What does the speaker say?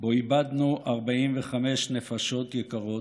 שבו איבדנו 45 נפשות יקרות,